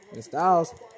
Styles